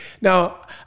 Now